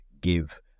give